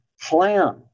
plan